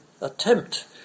attempt